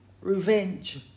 revenge